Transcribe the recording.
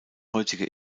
heutige